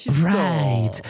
Right